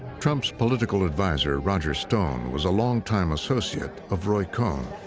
trump's political advisor roger stone was a longtime associate of roy cohn.